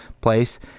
place